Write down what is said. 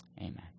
Amen